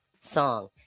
song